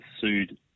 sued